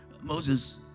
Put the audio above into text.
Moses